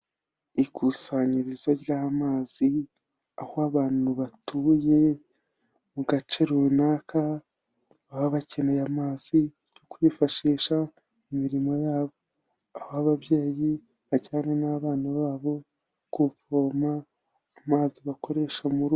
Ikusanyirizo ry'amazi aho abantu batuye mu gace runaka baba bakeneye amazi yo kwifashisha imirimo yabo, aho ababyeyi bajyana n'abana babo kuvoma amazi bakoresha mu rugo.